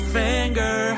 finger